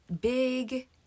big